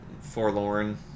forlorn